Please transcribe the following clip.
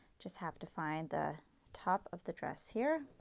just have to find the top of the dress here.